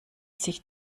sich